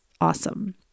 awesome